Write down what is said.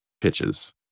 pitches